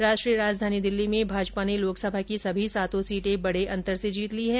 राष्ट्रीय राजधानी दिल्ली में भाजपा ने लोकसभा की सभी सातों सीटें बड़े अंतर से जीत ली हैं